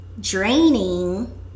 draining